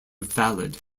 valid